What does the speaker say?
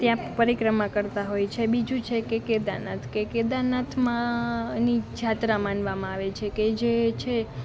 ત્યાં પરિક્રમા કરતા હોય છે બીજું છે કે કેદારનાથ કે કેદારનાથમાં ની જાત્રા માનવામાં આવે છે કે જે છે